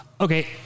Okay